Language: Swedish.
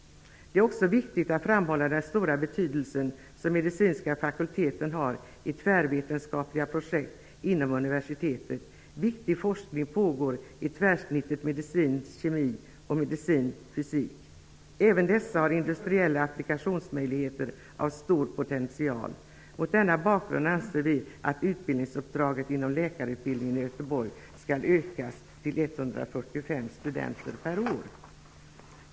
Det är också viktigt att framhålla den stora betydelse medicinska fakulteten har i tvärvetenskapliga projekt inom universitetet. Viktig forskning pågår i tvärsnitten medicin--kemi och medicin--fysik. Även dessa har industriella applikationsmöjligheter av stor potential. Mot denna bakgrund anser vi att utbildningsuppdraget inom läkarutbildningen i Göteborg skall ökas till att omfatta 145 studenter per år.